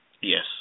Yes